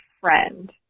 friend